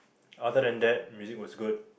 other than that music was good